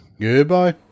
goodbye